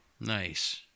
Nice